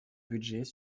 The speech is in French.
budget